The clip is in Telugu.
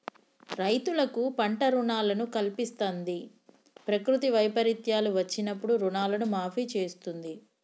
రైతులకు పంట రుణాలను కల్పిస్తంది, ప్రకృతి వైపరీత్యాలు వచ్చినప్పుడు రుణాలను మాఫీ చేస్తుంది